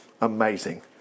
Amazing